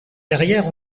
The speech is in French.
carrières